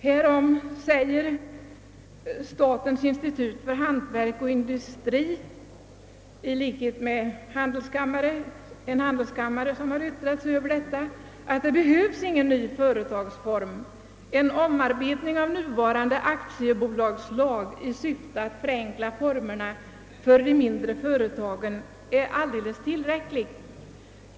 Härom säger statens institut för hantverk och industri liksom en handelskammare som har yttrat sig över den saken, att det inte behövs någon ny företagsform; en omarbetning av den nuvarande aktiebolagslagen i syfte att förenkla formerna för de mindre företagen är alldeles tillräcklig.